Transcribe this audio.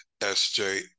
sj